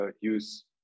use